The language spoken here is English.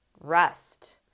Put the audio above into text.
Rest